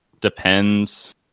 depends